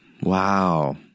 Wow